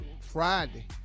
Friday